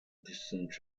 distance